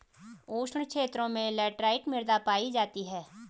उष्ण क्षेत्रों में लैटराइट मृदा पायी जाती है